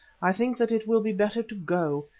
i think that it will be better to go.